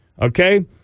Okay